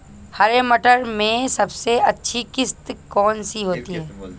हरे मटर में सबसे अच्छी किश्त कौन सी होती है?